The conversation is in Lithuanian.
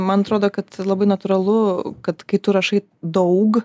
man atrodo kad labai natūralu kad kai tu rašai daug